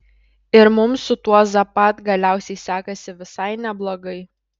ir mums su tuo zapad galiausiai sekasi visai neblogai